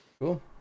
Cool